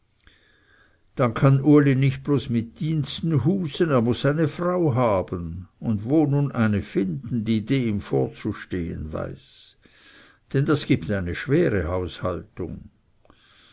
dann kann uli nicht bloß mit diensten husen er muß eine frau haben und wo nun eine finden die dem vorzustehen weiß denn das gibt eine schwere